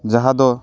ᱡᱟᱦᱟᱸ ᱫᱚ